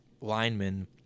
linemen